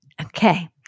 Okay